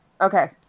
Okay